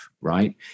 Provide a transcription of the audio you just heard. right